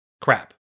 crap